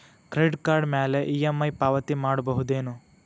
Credit card ಮ್ಯಾಲೆ EMI ಪಾವತಿ ಮಾಡ್ಬಹುದೇನು?